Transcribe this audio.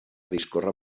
discorre